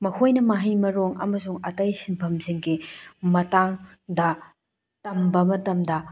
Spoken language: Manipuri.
ꯃꯈꯣꯏꯅ ꯃꯍꯩ ꯃꯔꯣꯡ ꯑꯃꯁꯨꯡ ꯑꯇꯩ ꯁꯤꯟꯐꯝꯁꯤꯡꯒꯤ ꯃꯇꯥꯡꯗ ꯇꯝꯕ ꯃꯇꯝꯗ